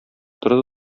торды